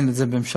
אין את זה בממשלה,